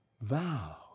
vow